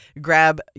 grab